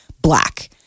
black